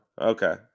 Okay